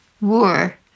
war